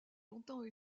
longtemps